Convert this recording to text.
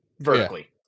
vertically